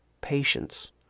patience